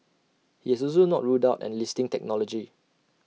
he has also not ruled out enlisting technology